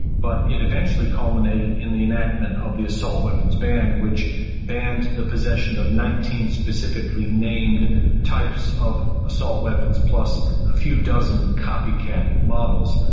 but it eventually culminated in the enactment of the assault weapons ban which banned the possession of nineteen specifically named types of assault weapons, plus a few dozen copycat models,